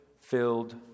filled